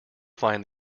find